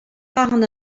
cathain